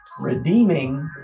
redeeming